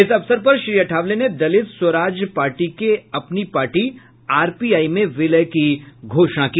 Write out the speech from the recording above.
इस अवसर पर श्री अठावले ने दलित स्वराज पार्टी के अपनी पार्टी आरपीआई में विलय की घोषणा की